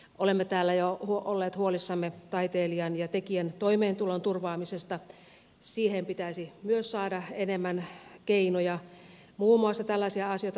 olemme täällä jo olleet huolissamme taiteilijan ja tekijän toimeentulon turvaamisesta myös siihen pitäisi saada enemmän keinoja muun muassa tällaisia asioita